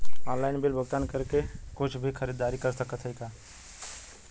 Online bill भुगतान करके कुछ भी खरीदारी कर सकत हई का?